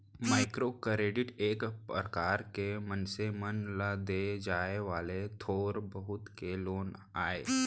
micro credit एक परकार के मनसे मन ल देय जाय वाले थोर बहुत के लोन आय